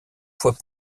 fois